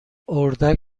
اردک